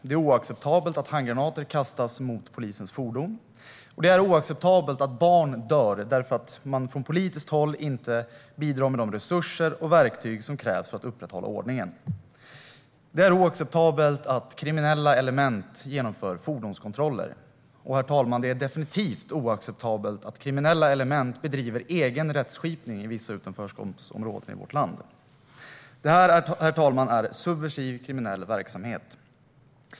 Det är oacceptabelt att handgranater kastas mot polisens fordon. Det är oacceptabelt att barn dör därför att man från politiskt håll inte bidrar med de resurser och verktyg som krävs för att upprätthålla ordningen. Det är oacceptabelt att kriminella element genomför fordonskontroller. Och det är definitivt oacceptabelt att kriminella element bedriver egen rättskipning i vissa utanförskapsområden i vårt land, herr talman. Herr talman! Detta är subversiv kriminell verksamhet.